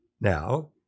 Now